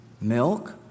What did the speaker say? milk